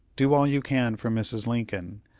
do all you can for mrs. lincoln.